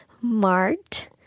mart